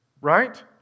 Right